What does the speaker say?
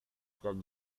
tidak